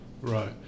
Right